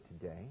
today